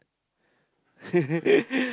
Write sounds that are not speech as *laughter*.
*laughs*